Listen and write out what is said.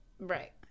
Right